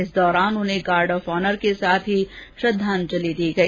इस दौरान उन्हें गार्ड ऑफ ऑर्नर के साथ ही श्रद्धांजलि दी गई